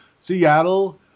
Seattle